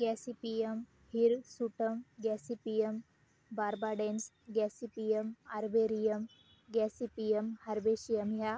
Gossypium hirsutum gossypium barbadense gossypium arboreum gossypium herbaceum ह्या